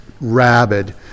rabid